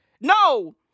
No